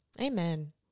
Amen